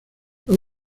los